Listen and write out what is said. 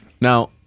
Now